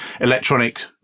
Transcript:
electronic